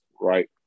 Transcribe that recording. right